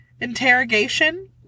interrogation